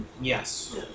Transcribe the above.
yes